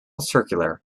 circular